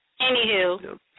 Anywho